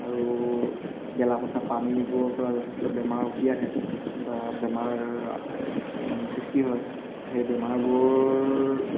আৰু গেলা পচা পানীবোৰৰ পৰা যথেষ্ট বেমাৰ উটি আহে বা বেমাৰ সৃষ্টি হয় সেই বেমাৰবোৰ